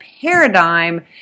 paradigm